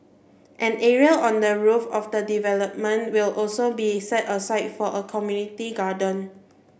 an area on the roof of the development will also be set aside for a community garden